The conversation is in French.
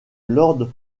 lord